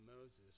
Moses